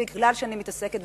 מכיוון שאני מתעסקת,